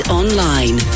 online